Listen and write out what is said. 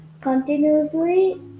continuously